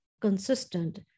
consistent